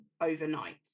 overnight